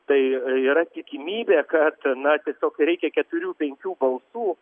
tai yra tikimybė kad na tiesiog reikia keturių penkių balsų